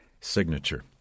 signature